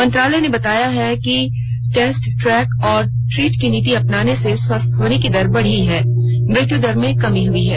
मंत्रालय ने बताया है कि टैस्ट ट्रैक और ट्रीट की नीति अपनाने से स्वस्थ होने की दर बढी है और मृत्यु दर में कमी हुई है